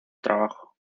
trabajo